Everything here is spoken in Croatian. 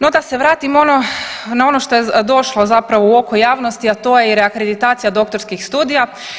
No da se vratim ono, na ono što je došlo zapravo u oko javnosti, a to je i reakreditacija doktorskih studija.